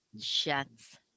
Shots